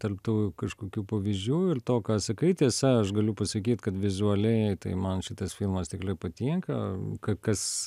tarp tų kažkokių pavyzdžių il to ką sakai tiesa aš galiu pasakyt kad vizualiai tai man šitas filmas tikliai patinka k kas